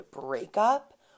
breakup